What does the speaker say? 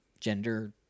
gender